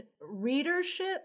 readership